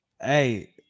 hey